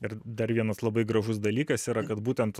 ir dar vienas labai gražus dalykas yra kad būtent